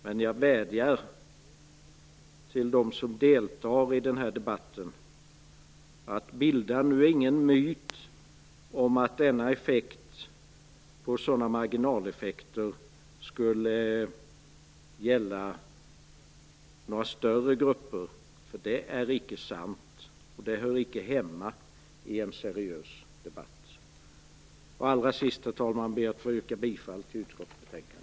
Men jag vädjar till dem som deltar i denna debatt: Bilda nu ingen myt om att sådana marginaleffekter skulle gälla några större grupper, för det är icke sant och hör icke hemma i en seriös debatt. Allra sist, herr talman, ber jag att få yrka bifall till utskottets hemställan.